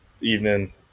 evening